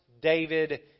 David